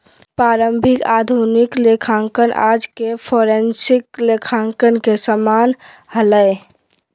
प्रारंभिक आधुनिक लेखांकन आज के फोरेंसिक लेखांकन के समान हलय